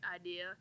idea